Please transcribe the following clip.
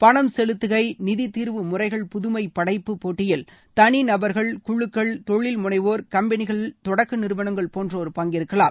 பணம் செலுத்துகை நிதி தீர்வு முறைகள் புதுமை படைப்பு போட்டியில் தனி நபர்கள் குழுக்கள் தொழில் முனைவோர் கம்பெனிகள் தொடக்க நிறுவனங்கள் போன்றோர் பங்கேற்கலாம்